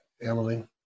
Emily